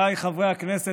חבריי חברי הכנסת,